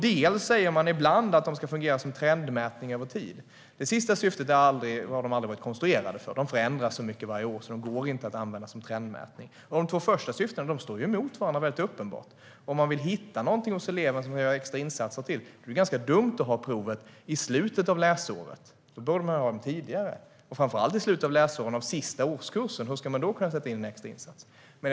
Dels säger man ibland att de ska fungera som trendmätning över tid. Det sista syftet har de aldrig varit konstruerade för - proven förändras så mycket varje år att de inte går att använda som trendmätning. Och de två första syftena står uppenbarligen emot varandra. Om man vill hitta något hos eleven som man vill göra extra insatser för är det ganska dumt att ha provet i slutet av läsåret; då borde man ha det tidigare. Och framför allt om det är i slutet av läsåret under sista årskursen, hur ska man då kunna sätta in extra insatser?